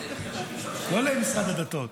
לא למשרד הדתות.